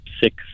six